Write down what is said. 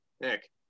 Nick